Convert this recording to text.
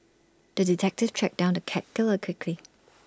the detective tracked down the cat killer quickly